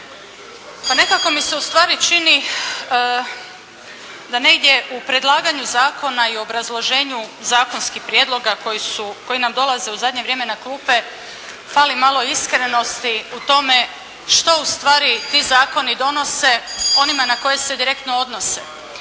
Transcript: pa nekako mi se ustvari čini da negdje u predlaganju zakona i obrazloženju zakonskih prijedloga koji su, koji nam dolaze u zadnje vrijeme na klupe fali malo iskrenosti u tome što ustvari ti zakoni donose onima na koje se direktno odnose?